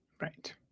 right